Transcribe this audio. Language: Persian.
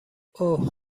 اوه